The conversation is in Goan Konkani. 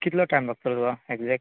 कितलो टायम लागतलो तुका ऍकजॅक्ट